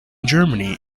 germany